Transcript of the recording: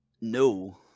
no